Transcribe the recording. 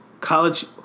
College